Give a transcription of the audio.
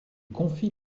confie